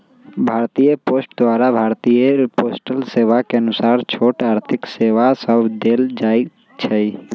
भारतीय पोस्ट द्वारा भारतीय पोस्टल सेवा के अनुसार छोट आर्थिक सेवा सभ देल जाइ छइ